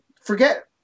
forget